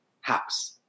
house